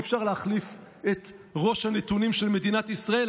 אי-אפשר להחליף את ראש הנתונים של מדינת ישראל,